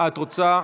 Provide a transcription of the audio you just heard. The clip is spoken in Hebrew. את רוצה?